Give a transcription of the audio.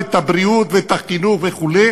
את הבריאות ואת החינוך וכו',